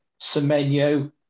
Semenyo